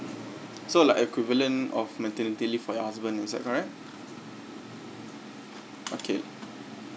so like equivalent of maternity leave for your husband is that correct okay